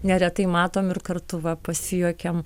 neretai matom ir kartu va pasijuokiam